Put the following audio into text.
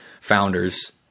founders